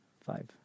five